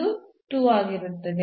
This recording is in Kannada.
ಇದು 2 ಆಗಿರುತ್ತದೆ